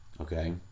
Okay